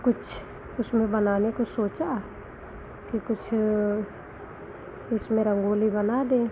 कुछ उसमें बनाने को सोचा कि कुछ उसमें रंगोली बना दें